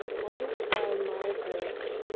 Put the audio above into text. what if i migrate